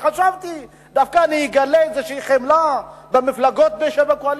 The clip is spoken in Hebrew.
חשבתי: דווקא אני אגלה איזו חמלה במפלגות בשם הקואליציה.